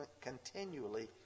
continually